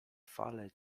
fale